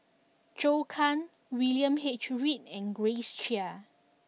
Zhou Can William H Read and Grace Chia